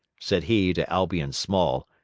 said he to albion small.